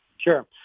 Sure